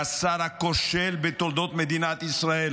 והשר הכושל בתולדות מדינת ישראל